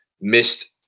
missed